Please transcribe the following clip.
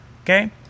Okay